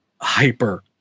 hyper